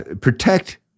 protect